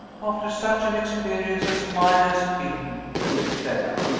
after such an experience as mine has been, said stella,